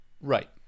Right